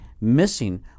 missing